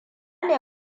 ne